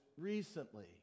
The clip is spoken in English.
recently